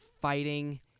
fighting